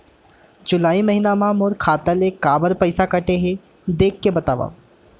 जुलाई महीना मा मोर खाता ले काबर पइसा कटे हे, देख के बतावव?